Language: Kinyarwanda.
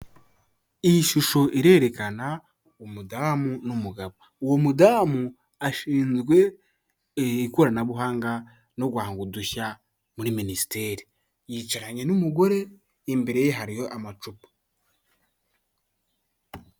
Iyi shusho irerekana umudamu n'umugabo, uwo mudamu ashinzwe ikoranabuhanga no guhanga udushya muri minisiteri, yicaranye n'umugore imbere ye hariho amacupa.